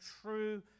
true